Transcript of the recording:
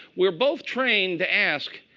we're both trained to ask,